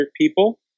people